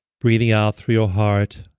breathing out through your heart.